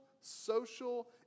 social